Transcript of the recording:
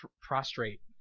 prostrate